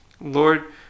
Lord